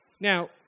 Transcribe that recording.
Now